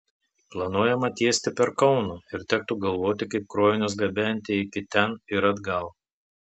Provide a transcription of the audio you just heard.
planuojama tiesti per kauną ir tektų galvoti kaip krovinius gabenti iki ten ir atgal